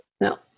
No